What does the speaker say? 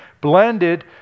blended